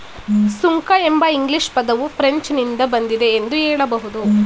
ಸುಂಕ ಎಂಬ ಇಂಗ್ಲಿಷ್ ಪದವು ಫ್ರೆಂಚ್ ನಿಂದ ಬಂದಿದೆ ಎಂದು ಹೇಳಬಹುದು